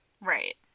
Right